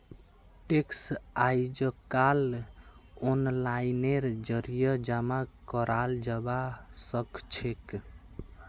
tax अइजकाल ओनलाइनेर जरिए जमा कराल जबा सखछेक